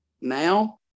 Now